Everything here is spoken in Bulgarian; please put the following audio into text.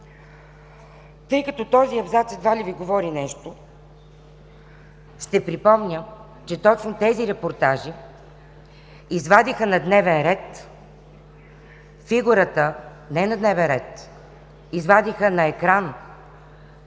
Тъй като този абзац едва ли Ви говори нещо, ще припомня, че точно тези репортажи извадиха на дневен ред фигурата, не на дневен ред, извадиха на екран